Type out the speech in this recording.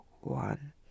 one